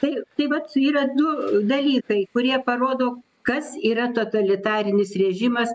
tai tai vat yra du dalykai kurie parodo kas yra totalitarinis režimas